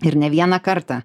ir ne vieną kartą